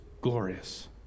glorious